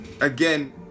again